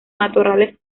matorrales